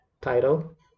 title